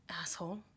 Asshole